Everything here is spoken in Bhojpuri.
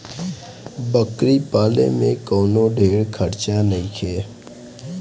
बकरी के पाले में कवनो ढेर खर्चा नईखे